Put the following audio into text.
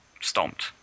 stomped